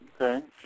Okay